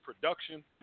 production